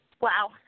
wow